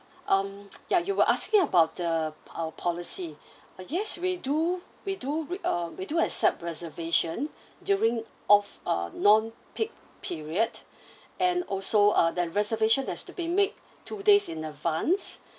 um yeah you were asking about the our policy uh yes we do we do uh we do accept reservation during off uh non peak period and also uh the reservation has to be made two days in advance